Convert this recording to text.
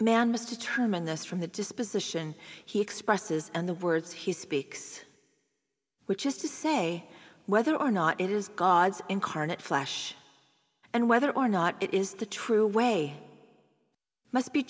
must determine this from the disposition he expresses and the words he speaks which is to say whether or not it is god's incarnate flash and whether or not it is the true way must be